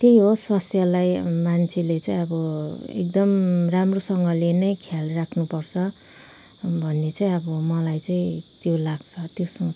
त्यही हो स्वस्थ्यलाई मान्छेले चाहिँ अब एकदम राम्रो सँगले नै ख्याल राख्नुपर्छ भन्ने चाहिँ अब मलाई चाहिँ त्यो लाग्छ त्यो सोच छ